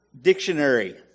Dictionary